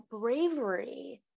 bravery